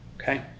Okay